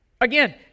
Again